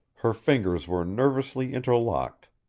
her fingers were nervously interlocked,